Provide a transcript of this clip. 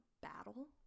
battle